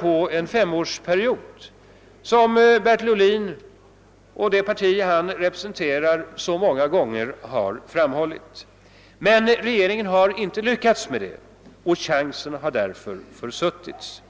på en femårsperiod, såsom Bertil Ohlin och det parti han representerar så många gånger har föreslagit, men regeringen har inte lyckats med det, och chansen har därför försuttits.